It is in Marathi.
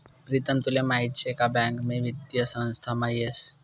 प्रीतम तुले माहीत शे का बँक भी वित्तीय संस्थामा येस